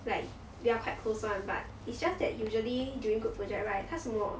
like we are quite close [one] but it's just that usually during group project right 他什么